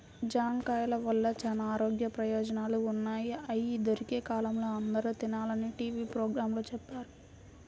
జాంకాయల వల్ల చానా ఆరోగ్య ప్రయోజనాలు ఉన్నయ్, అయ్యి దొరికే కాలంలో అందరూ తినాలని టీవీ పోగ్రాంలో చెప్పారు